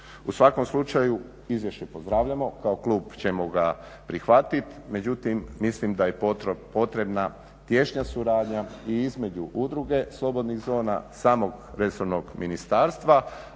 U svakom slučaju izvješće pozdravljamo. Kao Klub ćemo ga prihvatiti, međutim mislim da je potrebna tješnja suradnja i između udruge slobodnih zona, samog resornog ministarstva